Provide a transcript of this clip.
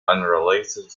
unrelated